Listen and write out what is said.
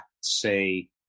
say